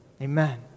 Amen